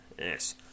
Yes